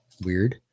Weird